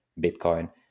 Bitcoin